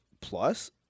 Plus